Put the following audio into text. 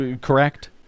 correct